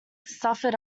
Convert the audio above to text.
suffered